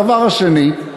הדבר השני,